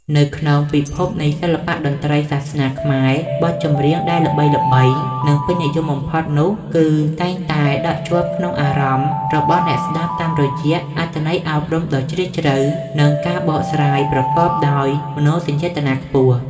នៅក្នុងពិភពនៃសិល្បៈតន្ត្រីសាសនាខ្មែរ បទចម្រៀងដែលល្បីៗ និងពេញនិយមបំផុតនោះ គឺតែងតែដក់ជាប់ក្នុងអារម្មណ៍របស់អ្នកស្ដាប់តាមរយៈអត្ថន័យអប់រំដ៏ជ្រាលជ្រៅ និងការបកស្រាយប្រកបដោយមនោសញ្ចេតនាខ្ពស់។